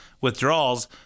withdrawals